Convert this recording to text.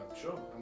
Sure